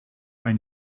ein